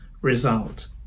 result